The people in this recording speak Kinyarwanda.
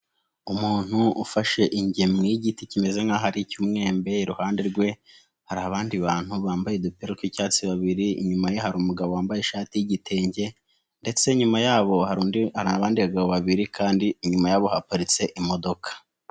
Umuntu ufashe ingemwe y'igiti kimeze nkaho ahari icy'umwembe, iruhande rwe hari abandi bantu bambaye udupira tw'icyatsi, babiri inyuma ye hari umugabo wambaye ishati y'igitenge ndetse inyuma yabo hari abandi bagabo babiri kandi inyuma yabo haparitse imodoka.